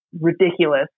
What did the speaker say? ridiculous